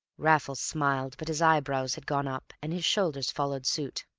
raffles smiled, but his eyebrows had gone up, and his shoulders followed suit.